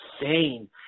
insane